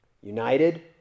united